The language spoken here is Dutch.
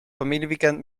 familieweekend